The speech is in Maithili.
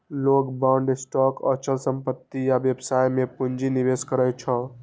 लोग बांड, स्टॉक, अचल संपत्ति आ व्यवसाय मे पूंजी निवेश करै छै